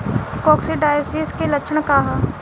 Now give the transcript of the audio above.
Coccidiosis के लक्षण का ह?